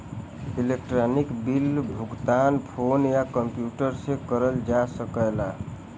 electronic bill क भुगतान phone या कम्प्यूटर से करल जा सकला